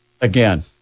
again